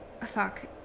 fuck